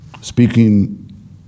speaking